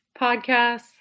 podcasts